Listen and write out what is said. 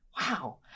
Wow